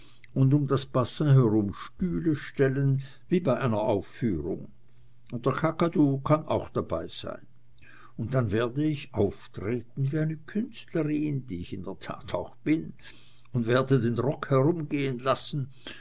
und um das bassin herum stühle stellen wie bei einer aufführung und der kakadu kann auch dabeisein und dann werd ich auftreten wie eine künstlerin die ich in der tat auch bin und werde den rock herumgehen lassen